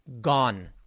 gone